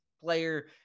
player